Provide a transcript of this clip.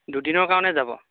দুদিনৰ কাৰণে যাব